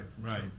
right